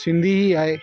सिंधी ई आहे